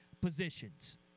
positions